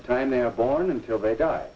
the time they are born until they die